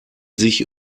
sich